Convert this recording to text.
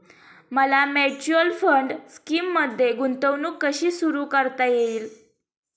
मला mutual fund स्कीममध्ये गुंतवणूक कशी सुरू करता येईल?